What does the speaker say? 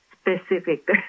specific